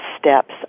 steps